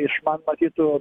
iš kitų